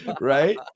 Right